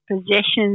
possessions